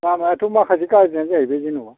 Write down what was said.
लामायाथ' माखासे गाज्रियानो जाहैबाय जेनेबा